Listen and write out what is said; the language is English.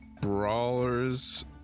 Brawler's